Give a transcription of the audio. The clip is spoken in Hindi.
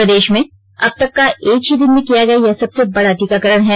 प्रदेश में अब तक का एक ही दिन में किया गया यह सबसे बड़ा टीकाकरण है